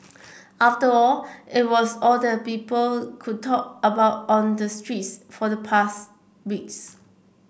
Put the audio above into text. after all it was all that people could talk about on the streets for the past weeks